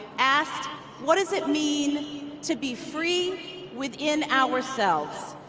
asked what does it mean to be free within ourselves?